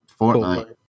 Fortnite